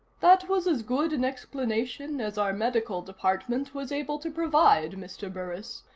that was as good an explanation as our medical department was able to provide, mr. burris.